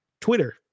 Twitter